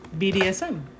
BDSM